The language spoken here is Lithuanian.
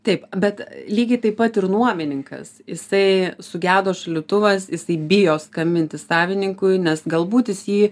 taip bet lygiai taip pat ir nuomininkas jisai sugedo šaldytuvas jisai bijo skambinti savininkui nes galbūt jis jį